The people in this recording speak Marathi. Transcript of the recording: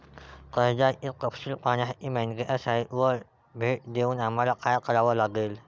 कर्जाचे तपशील पाहण्यासाठी बँकेच्या साइटला भेट देऊन आम्हाला काय करावे लागेल?